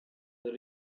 the